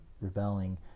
rebelling